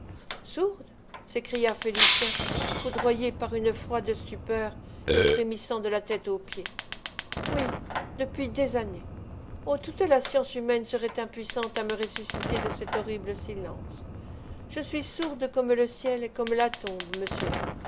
sourde s'écria félicien foudroyé par une froide stupeur et frémissant de la tête aux pieds oui depuis des années oh toute la science humaine serait impuissante à me ressusciter de cet horrible silence je suis sourde comme le ciel et comme la tombe monsieur